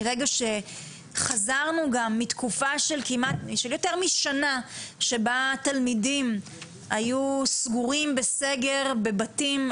מרגע שחזרנו גם מתקופה של יותר משנה שבה תלמידים היו סגורים בסגר בבתים,